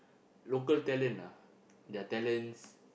local talent their talents